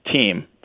team